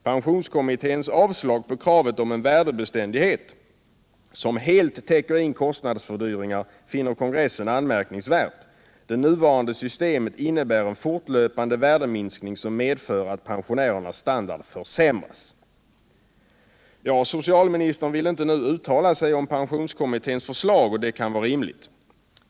Pensionskommitténs avslag på kravet om en värdebeständighet, som helt täcker in kostnadsfördyringar, finner kongressen anmärkningsvärt. Det nuvarande systemet innebär en fortlöpande värdeminskning, som medför att pensionärernas standard försämras.” Socialministern vill inte nu uttala sig om pensionskommitténs förslag, och det kan vara rimligt.